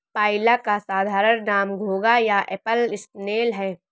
पाइला का साधारण नाम घोंघा या एप्पल स्नेल है